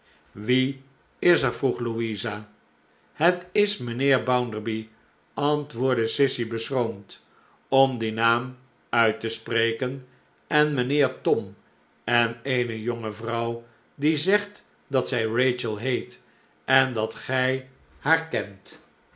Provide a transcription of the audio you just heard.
wie is er vroeg louisa het is mijnheer bounderby antwoordde sissy beschroomd om dien naam uit te spreken en mijnheer tom en eene jonge vrouw die zegt dat zij rachel heet en dat gij